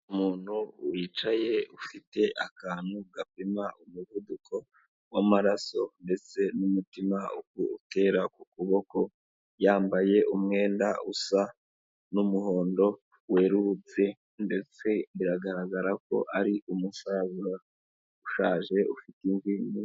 Umuntu wicaye ufite akantu gapima umuvuduko wamaraso ndetse n'umutima uko utera ku kuboko yambaye umwenda usa n'umuhondo werurutse ndetse biragaragara ko ari umusaza ushaje ufite imvi.